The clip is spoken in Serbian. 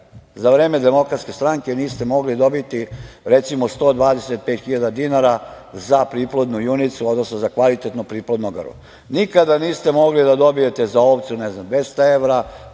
za vreme DS niste mogli dobiti, recimo, 125.000 dinara za priplodnu junicu, odnosno za kvalitetno priplodno grlo. Nikada niste mogli da dobijete za ovcu, recimo, 200 evra,